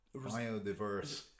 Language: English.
biodiverse